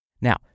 Now